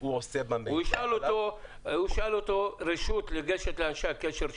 הוא עושה במידע --- הוא ישאל אותו רשות לגשת לאנשי הקשר שלו,